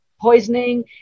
poisoning